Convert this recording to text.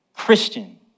Christian